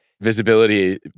visibility